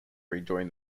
rejoin